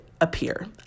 appear